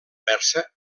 persa